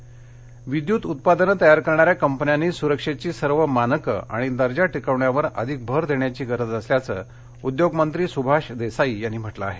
power cable विद्यूत उत्पादनं तयार करणाऱ्या कंपन्यांनी सुरक्षेची सर्व मानकं आणि दर्जा टिकवण्यावर अधिक भर देण्याची गरज असल्याच उद्योगमंत्री सुभाष देसाई यांनी म्हटल आहे